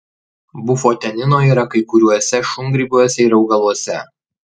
bufotenino yra kai kuriuose šungrybiuose ir augaluose